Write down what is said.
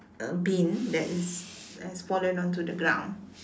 uh bin that is has fallen onto the ground